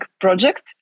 project